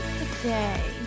today